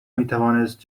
میتوانست